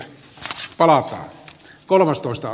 keskitalo kolmastoista